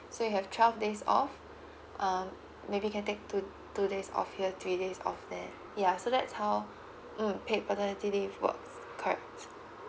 so you have twelve days off um maybe can take two two days of here three days of there yeah so that's how mm paid paternity leave works correct